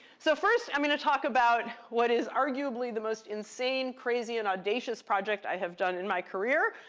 so first, i'm going to talk about what is arguably the most insane, crazy, and audacious project i have done in my career,